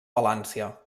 palància